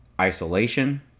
Isolation